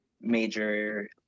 major